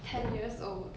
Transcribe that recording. ten years old